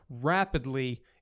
rapidly